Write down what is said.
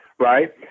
right